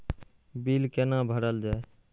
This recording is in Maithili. बील कैना भरल जाय?